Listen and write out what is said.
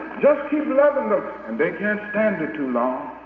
just keep loving them, and they can't stand it too long.